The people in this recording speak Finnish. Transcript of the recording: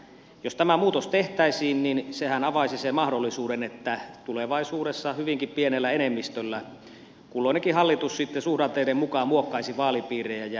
jos tämä muutos tehtäisiin niin sehän avaisi sen mahdollisuuden että tulevaisuudessa hyvinkin pienellä enemmistöllä kulloinenkin hallitus sitten suhdanteiden mukaan muokkaisi vaalipiirejä